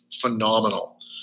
phenomenal